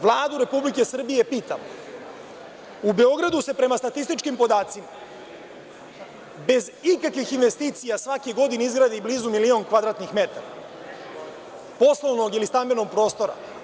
Vladu Republike Srbije pitam – u Beogradu se prema statističkim podacima bez ikakvih investicija svake godine izgradi blizu milion kvadratnih metara, poslovnog ili stambenog prostora…